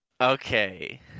Okay